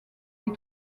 les